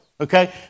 Okay